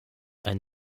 ein